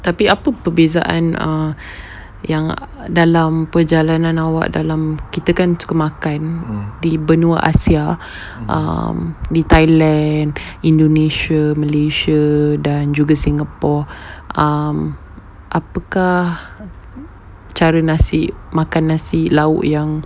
tapi apa perbezaan err yang dalam perjalanan awak dalam kita kan makan di benua asia um di thailand indonesia malaysia dan juga singapore um apakah cara nasi makan nasi lauk yang